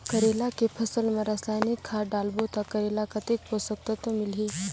करेला के फसल मा रसायनिक खाद डालबो ता करेला कतेक पोषक तत्व मिलही?